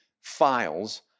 files